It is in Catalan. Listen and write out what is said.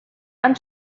han